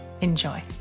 Enjoy